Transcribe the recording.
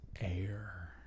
air